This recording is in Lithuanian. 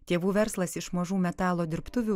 tėvų verslas iš mažų metalo dirbtuvių